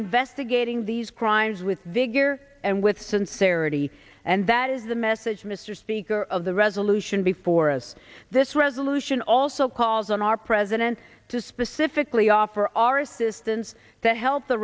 investigating these crimes with vigor and with sincerity and that is the message mr speaker of the resolution before us this resolution also calls on our president to specifically offer our assistance to help the